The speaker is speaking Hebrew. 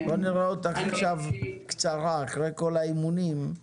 הערה קצרה אחרי כל האימונים,